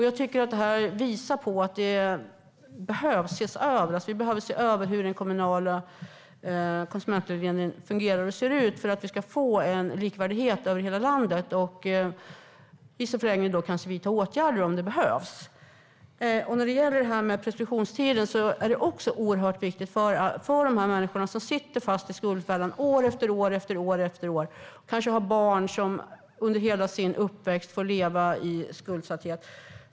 Jag tycker att det här visar på att vi behöver se över hur den kommunala konsumentvägledningen fungerar och ser ut för att vi ska få en likvärdighet över hela landet och i förlängningen vidta åtgärder om det behövs. Preskriptionstiden är oerhört viktig för de här människorna som sitter fast i skuldfällan år efter år och kanske har barn som under hela sin uppväxt får leva i skuldsättning.